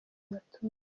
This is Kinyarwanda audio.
abatutsi